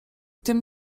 tym